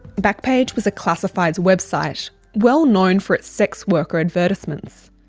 backpage was a classifieds website well known for its sex worker advertisements.